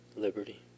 liberty